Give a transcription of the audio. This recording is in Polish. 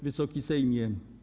Wysoki Sejmie!